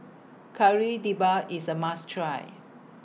Kari Debal IS A must Try